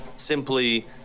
simply